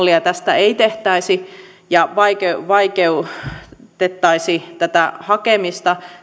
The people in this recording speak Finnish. byrokraattista mallia tästä ei tehtäisi ja vaikeutettaisi tätä hakemista